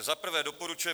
Za prvé doporučuje